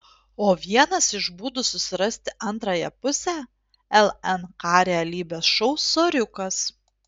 o vienas iš būdų susirasti antrąją pusę lnk realybės šou soriukas